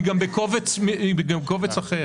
היא גם בקובץ אחר.